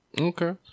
Okay